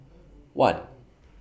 one